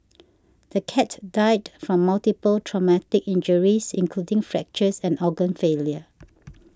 the cat died from multiple traumatic injuries including fractures and organ failure